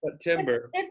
September